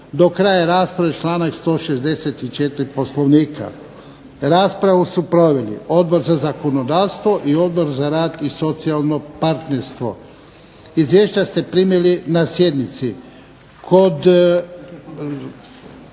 do kraja rasprave članak 164. Poslovnika. Raspravu su proveli Odbor za zakonodavstvo i Odbor za rad i socijalno partnerstvo. Izvješća ste primili na sjednici.